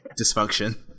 dysfunction